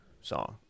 song